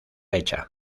hecha